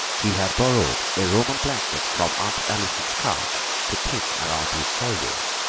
he had borrowed a roman blanket from aunt allison's couch to pin around his shoulders,